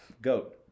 Goat